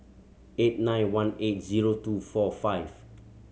eight nine one eight zero two four five